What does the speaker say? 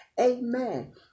Amen